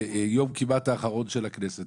ביום הכמעט אחרון של הכנסת,